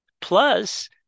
Plus